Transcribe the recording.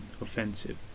offensive